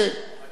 אני בעד.